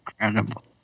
incredible